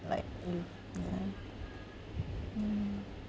like you yeah mm